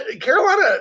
Carolina